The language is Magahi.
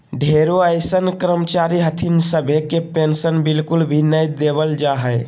ढेरो अइसन कर्मचारी हथिन सभे के पेन्शन बिल्कुल भी नय देवल जा हय